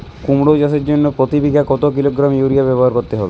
কুমড়ো চাষের জন্য প্রতি বিঘা কত কিলোগ্রাম ইউরিয়া ব্যবহার করতে হবে?